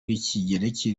rw’ikigereki